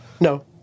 No